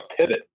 pivot